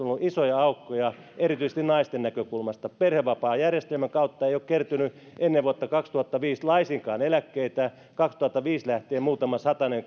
isoja aukkoja erityisesti naisten näkökulmasta perhevapaajärjestelmän kautta ei ole kertynyt ennen vuotta kaksituhattaviisi laisinkaan eläkkeitä vuodesta kaksituhattaviisi lähtien muutama satanen